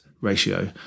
ratio